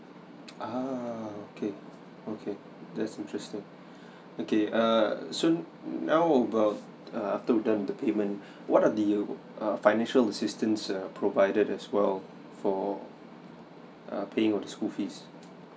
ah okay okay that's interesting okay err so now about err after we done the payment what are the financial assistance err provided as well for err paying the school fees